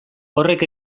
horrek